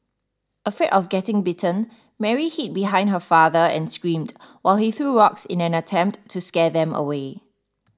afraid of getting bitten Mary hid behind her father and screamed while he threw rocks in an attempt to scare them away